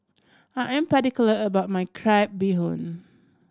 I am particular about my crab bee hoon